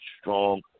strong